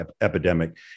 epidemic